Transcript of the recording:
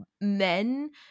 men